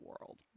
world